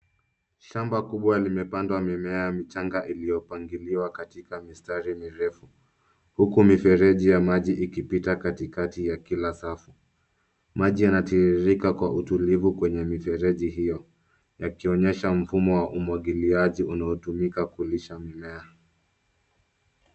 Shamba kubwa limepandwa mimea michanga iliyopangiliwa katika mistari mirefu, huku mifereji ya maji ikipita katikati ya kila safu. Maji inatiririka kwa utulivu kwenye mifereji hiyo yakionyesha mfumo wa umwagiliaji unaotumika kulisha mimea.